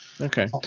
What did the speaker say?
Okay